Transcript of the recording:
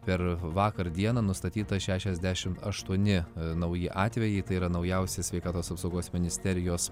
per vakar dieną nustatyta šešiasdešimt aštuoni nauji atvejai tai yra naujausias sveikatos apsaugos ministerijos